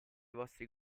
vostri